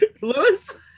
Lewis